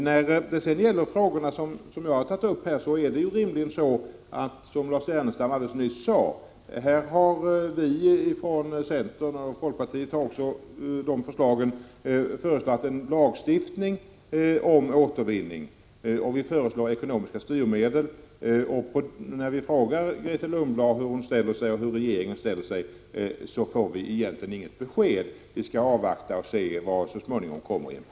När det gäller de frågor som jag här har tagit upp har — Lars Ernestam sade det alldeles nyss — centern och även folkpartiet föreslagit en lagstiftning avseende återvinningen. Vi föreslår ekonomiska styrmedel. När vi frågar Grethe Lundblad hur hon och regeringen i övrigt ställer sig till detta, får vi egentligen inte något besked. Vi får avvakta den proposition som så småningom kommer.